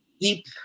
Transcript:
deep